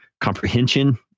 comprehension